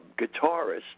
guitarist